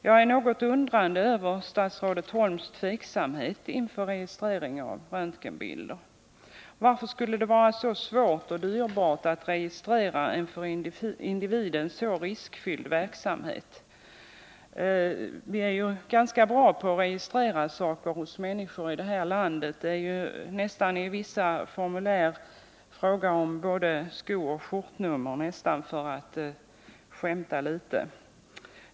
Jag är något undrande när det gäller statsrådet Holms tveksamhet inför registrering av röntgenbilder. Varför skulle det vara så svårt och dyrbart att registrera en för individen så riskfylld verksamhet? Vi är ju ganska bra på att registrera olika saker avseende människor i det här landet. I vissa formulär är det nästan fråga om både skooch skjortnummer — för att nu skämta litet.